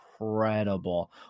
incredible